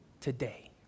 today